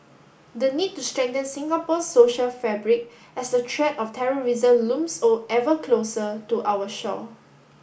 the need to strengthen Singapore's social fabric as the threat of terrorism looms or ever closer to our shore